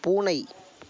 பூனை